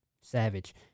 Savage